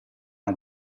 una